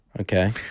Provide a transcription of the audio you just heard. Okay